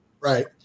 Right